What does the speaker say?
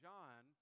John